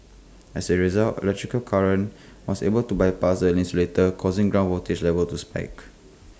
as A result electrical current was able to bypass the insulator causing ground voltage levels to spike